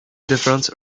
different